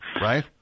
Right